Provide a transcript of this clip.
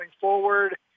forward